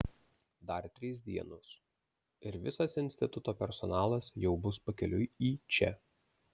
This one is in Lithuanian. dar trys dienos ir visas instituto personalas jau bus pakeliui į čia